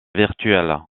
virtuelles